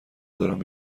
دارم